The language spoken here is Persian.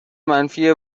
منفی